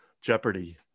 Jeopardy